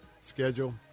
schedule